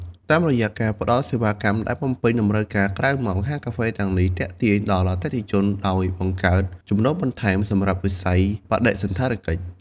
តាមរយៈការផ្តល់សេវាកម្មដែលបំពេញតម្រូវការក្រៅម៉ោង ហាងកាហ្វេទាំងនេះទាក់ទាញដល់អតិថិជន ដោយបង្កើត ចំណូលបន្ថែម សម្រាប់វិស័យបដិសណ្ឋារកិច្ច។